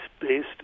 based